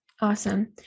Awesome